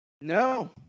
No